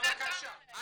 על מה את מדברת?